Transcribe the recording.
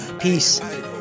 peace